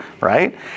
right